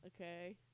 okay